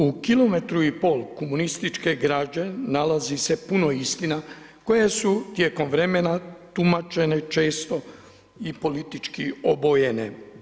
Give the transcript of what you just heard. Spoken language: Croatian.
U kilometru i pol komunističke građe nalazi se puno istina koje su tijekom vremena tumačene često i politički obojene.